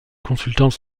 consultant